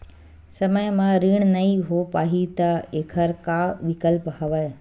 समय म ऋण नइ हो पाहि त एखर का विकल्प हवय?